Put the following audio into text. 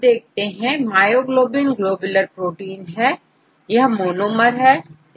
अब देखते हैं मायोग्लोबिन ग्लोबुलर प्रोटीन है यह मोनोमर है